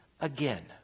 again